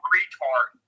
Retard